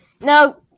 no